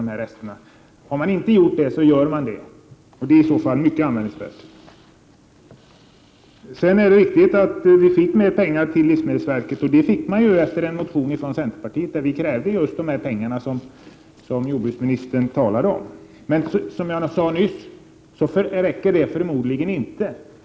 Har man inte stoppat användningen, så accepterar man bekämpningsmedelsrester i dricksvattnet, och det är mycket anmärkningsvärt. Det är riktigt att livsmedelsverket fick mer pengar, och det skedde efter en motion från centerpartiet i vilken vi krävde just de pengar som jordbruksministern talade om. Som jag sade nyss räcker det inte med de pengarna.